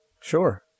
Sure